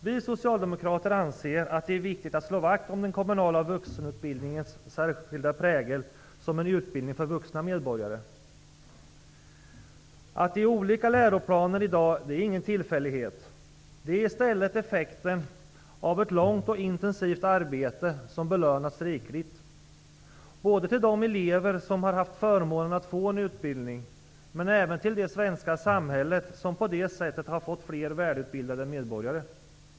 Vi socialdemokrater anser att det är viktigt att slå vakt om den kommunala vuxenutbildningens särskilda prägel, som en utbildning för vuxna medborgare. Att det i dag finns olika läroplaner är ingen tillfällighet. Det är i stället effekten av ett långt och intensivt arbete, som har belönats rikligt. Det gäller de elever som har haft förmånen att få en utbildning, men även det svenska samhället, som på det sättet har fått fler välutbildade medborgare.